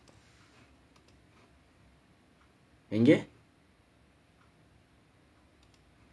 and yet